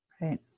Right